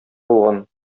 булган